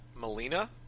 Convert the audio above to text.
Melina